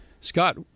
Scott